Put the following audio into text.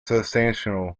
substantial